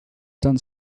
done